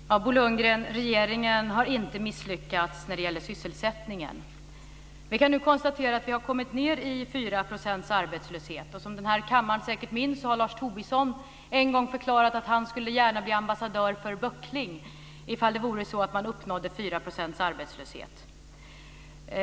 Fru talman! Bo Lundgren, regeringen har inte misslyckats när det gäller sysselsättningen! Vi kan ju nu konstatera att vi har kommit ned till 4 % arbetslöshet. Som denna kammare säkert minns har Lars Tobisson en gång förklarat att han gärna skulle bli ambassadör för böckling ifall 4 % arbetslöshet uppnåddes.